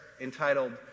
entitled